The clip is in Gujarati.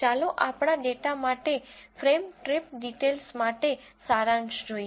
ચાલો આપણા ડેટા ફ્રેમ ટ્રીપ ડિટેઈલ્સ માટે સારાંશ જોઈએ